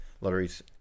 lotteries